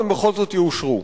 הם בכל זאת יאושרו.